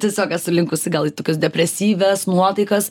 tiesiog esu linkusi gal į tokias depresyvias nuotaikas